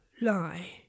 lie